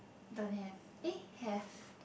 don't have eh have